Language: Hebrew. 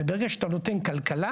וברגע שאתה נותן כלכלה,